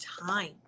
time